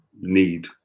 need